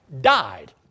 died